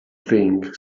thing